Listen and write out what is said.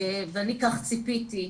ואני כך ציפיתי,